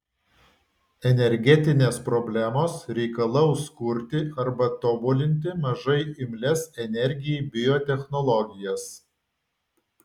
energetinės problemos reikalaus kurti arba tobulinti mažai imlias energijai biotechnologijas